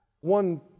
One